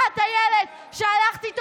שלולא כן, הילד לא מתחסן,